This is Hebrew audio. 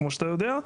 כמו שאתה יודע,